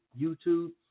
YouTube